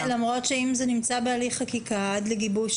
למרות שאם זה נמצא בהליך חקיקה עד לגיבוש